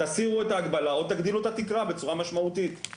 תסירו את ההגבלה או תגדילו את התקרה בצורה משמעותית,